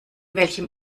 welchem